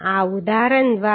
આ ઉદાહરણ દ્વારા